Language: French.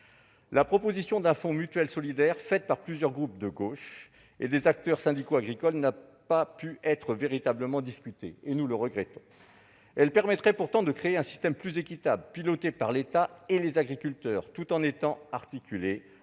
La proposition d'un fonds mutuel solidaire faite par plusieurs groupes de gauche et par des acteurs syndicaux agricoles n'a pu être véritablement discutée, ce que nous regrettons. Elle permettrait pourtant de créer un système plus équitable, piloté par l'État et les agriculteurs, tout en s'articulant